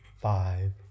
five